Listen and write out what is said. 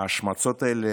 ההשמצות האלה